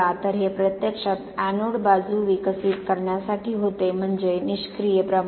तर हे प्रत्यक्षात एनोड बाजू विकसित करण्यासाठी होते म्हणजे निष्क्रिय प्रवाह